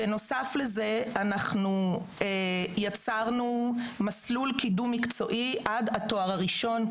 בנוסף לזה יצרנו מסלול קידום מקצועי עד התואר הראשון.